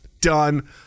done